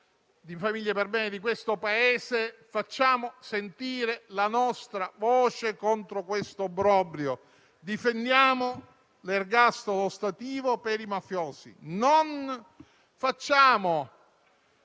di famiglie perbene di questo Paese, facciamo sentire la nostra voce contro questo obbrobrio. Difendiamo l'ergastolo ostativo per i mafiosi. Non facciamo,